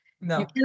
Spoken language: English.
No